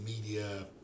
media